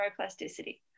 neuroplasticity